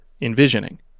envisioning